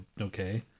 okay